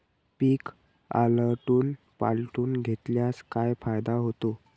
पीक आलटून पालटून घेतल्यास काय फायदा होतो?